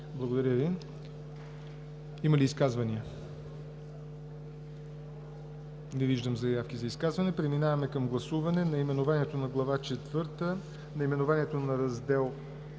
Благодаря Ви. Има ли изказвания? Няма заявки за изказвания. Преминаваме към гласуване на наименованието на Глава шеста, наименованието на Раздел I